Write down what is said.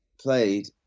played